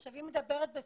היא מדברת בספרדית,